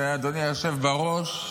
אדוני היושב-ראש,